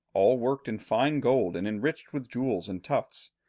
all worked in fine gold and enriched with jewels and tufts.